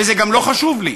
וזה גם לא חשוב לי.